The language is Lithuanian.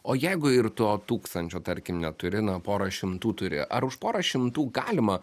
o jeigu ir to tūkstančio tarkim neturi na pora šimtų turi ar už porą šimtų galima